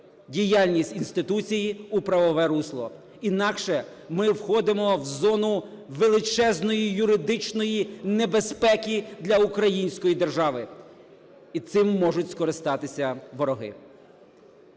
діяльність інституції у правове русло, інакше ми входимо в зону величезної юридичної небезпеки для української держави, і цим можуть скористатися вороги